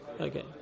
Okay